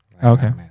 okay